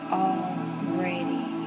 already